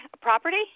property